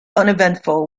uneventful